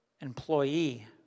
employee